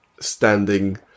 standing